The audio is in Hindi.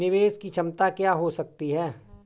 निवेश की क्षमता क्या हो सकती है?